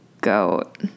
goat